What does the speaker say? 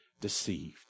deceived